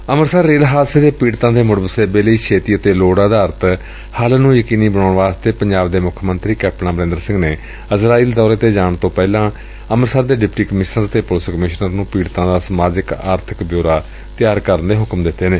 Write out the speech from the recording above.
Amritsar rail ਹਾਦਸੇ ਦੇ ਪੀੜਤਾਂ ਦੇ ਮੁੜ ਵਸੇਬੇ ਲਈ ਛੇਤੀ ਅਤੇ ਲੋੜ ਅਧਾਰਿਤ ਹੱਲ ਨੂੰ ਯਕੀਨੀ ਬਣਾਉਣ ਲਈ ਪੰਜਾਬ ਦੇ ਮੁੱਖ ਮੰਤਰੀ ਕੈਪਟਨ ਅਮਰਿੰਦਰ ਸਿੰਘ ਨੇ ਇਜ਼ਰਾਈਲ ਦੌਰੇ ਤੇ ਜਾਣ ਤੈਂ ਪਹਿਲਾਂ ਡਿਪਟੀ ਕਮਿਸ਼ਨਰ ਅਤੇ ਪੁਲਿਸ ਕਮਿਸ਼ਨਰ ਨੂੰ ਪੀੜਤਾਂ ਦਾ ਸਮਾਜਿਕ ਆਰਥਿਕ ਬਿਓਰਾ ਵਿਸਬਾਰ ਵਿੱਚ ਤਿਆਰ ਕਰਨ ਦੇ ਹੁਕਮ ਦਿੱਤੇ ਨੇ